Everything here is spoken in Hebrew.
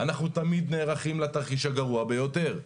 אנחנו תמיד נערכים לתרחיש הגרוע ביותר.